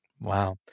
Wow